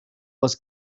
was